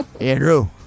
Andrew